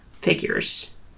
figures